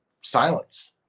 silence